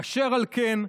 אשר על כן,